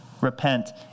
repent